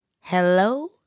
Hello